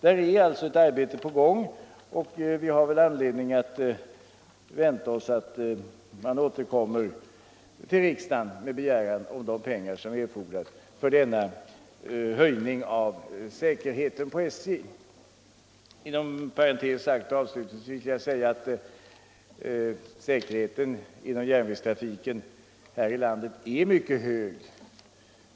Där är alltså ett arbete på gång, och vi har väl anledning att vänta oss att man återkommer till riksdagen med begäran om de pengar som erfordras för denna höjning av säkerheten på SJ. Avslutningsvis vill jag säga att säkerheten inom järnvägstrafiken här i landet är mycket hög.